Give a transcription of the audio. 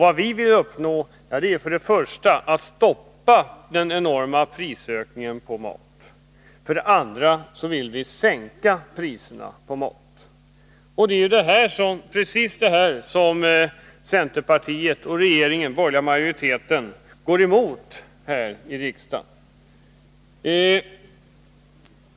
Vad vi vill uppnå är för det första att stoppa den enorma prisökningen på maten och för det andra att sänka priserna på maten. Det är precis detta som centerpartiet och den borgerliga majoriteten går emot här i riksdagen.